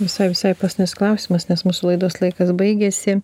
visai visai pasinis klausimas nes mūsų laidos laikas baigėsi